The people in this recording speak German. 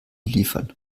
liefern